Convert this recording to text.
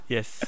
Yes